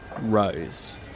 rose